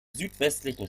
südwestlichen